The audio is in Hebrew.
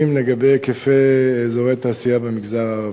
לגבי היקפי אזורי תעשייה במגזר הערבי.